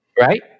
Right